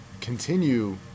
continue